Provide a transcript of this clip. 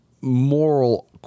moral